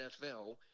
NFL –